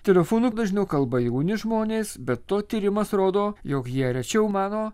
telefonu dažniau kalba jauni žmonės be to tyrimas rodo jog jie rečiau mano